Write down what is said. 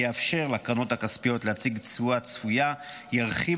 יאפשר לקרנות הכספיות להציג תשואה צפויה וירחיב